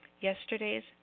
yesterday's